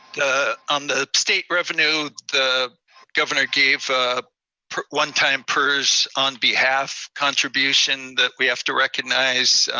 on the state revenue, the governor gave a one-time pers on-behalf contribution that we have to recognize.